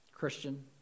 Christian